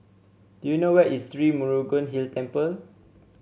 do you know where is Sri Murugan Hill Temple